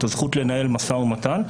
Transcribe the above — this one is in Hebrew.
את הזכות לנהל משא ומתן,